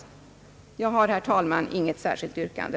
Jag har, herr talman, inte något särskilt yrkande.